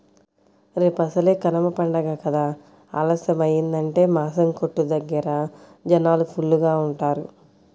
రేపసలే కనమ పండగ కదా ఆలస్యమయ్యిందంటే మాసం కొట్టు దగ్గర జనాలు ఫుల్లుగా ఉంటారు